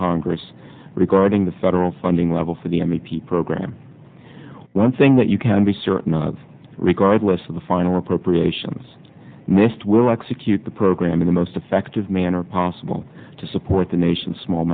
congress regarding the federal funding level for the m e p program one thing that you can be certain of regardless of the final preparations missed will execute the program in the most effective manner possible to support the nation's small